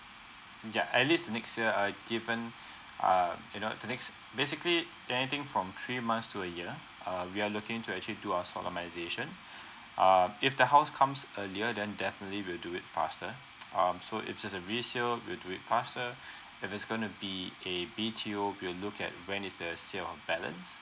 ya at least the next year uh given err you know the next basically anything from three months to a year err we are looking to actually do our solemnisation um if the house comes earlier then definitely we will do it faster um so if just a resale we will do it faster and if its going to be a B_T_O we will look at when is the sale of balance